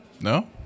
No